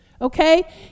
okay